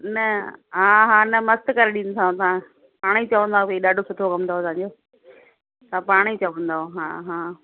न हा हा न मस्तु करे ॾींदीसांव तव्हां पाण ई चवंदव भई ॾाढो सुठो कमु अथव तव्हांजो तव्हां पाण ई चवंदव हा हा